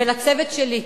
ולצוות שלי,